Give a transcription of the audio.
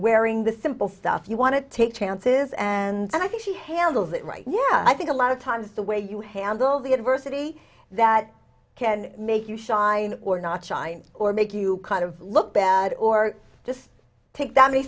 wearing the simple stuff you want to take chances and i think she handled it right yeah i think a lot of times the way you handle the adversity that can make you shine or not shine or make you kind of look bad or just take that many